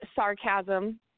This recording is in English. sarcasm